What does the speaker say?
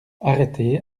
arrêtée